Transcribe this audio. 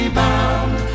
bound